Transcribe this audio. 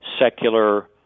secular